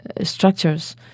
structures